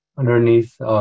Underneath